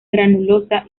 granulosa